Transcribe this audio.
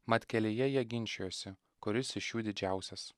mat kelyje jie ginčijosi kuris iš jų didžiausias